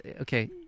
okay